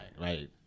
right